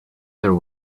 there